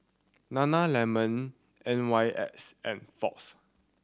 Nana Lemon N Y X and Fox